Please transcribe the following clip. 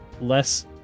less